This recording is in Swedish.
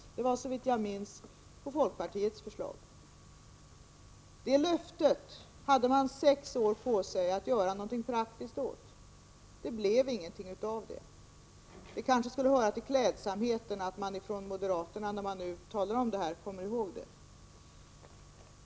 Det var såvitt jag minns på folkpartiets förslag som man ställde ut detta löfte. Det löftet hade man sex år på sig att göra någonting praktiskt åt. Det blev ingenting av det. — Det kanske skulle höra till klädsamheten att man från moderaterna, när man nu talar om det här, kommer ihåg detta löfte.